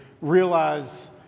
realize